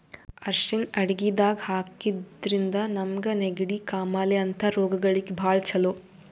ಅರ್ಷಿಣ್ ಅಡಗಿದಾಗ್ ಹಾಕಿದ್ರಿಂದ ನಮ್ಗ್ ನೆಗಡಿ, ಕಾಮಾಲೆ ಅಂಥ ರೋಗಗಳಿಗ್ ಭಾಳ್ ಛಲೋ